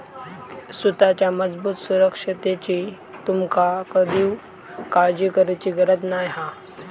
सुताच्या मजबूत सुरक्षिततेची तुमका कधीव काळजी करुची गरज नाय हा